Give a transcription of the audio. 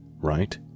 right